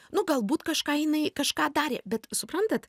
nu galbūt kažką jinai kažką darė bet suprantat